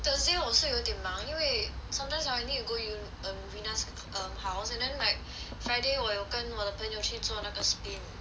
thursday 我是有一点忙因为 sometimes I need to go U um venus um house and then like friday 我有跟我的朋友去做那个 spin